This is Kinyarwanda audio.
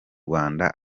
rwanda